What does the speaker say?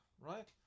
right